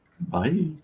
Bye